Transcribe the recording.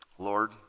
Lord